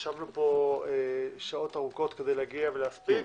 ישבנו כאן שעות ארוכות כדי להספיק